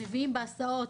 מביאים אותם בהסעות.